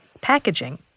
packaging